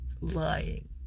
Lying